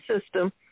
system